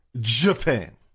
Japan